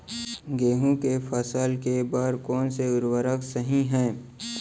गेहूँ के फसल के बर कोन से उर्वरक सही है?